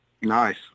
Nice